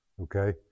okay